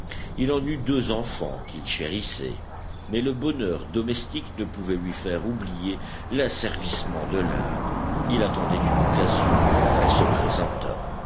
il en eut deux enfants qu'il chérissait mais le bonheur domestique ne pouvait lui faire oublier l'asservissement de l'inde il attendait une occasion elle se présenta